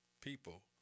people